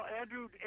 Andrew